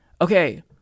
Okay